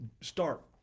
start